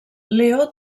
leo